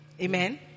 Amen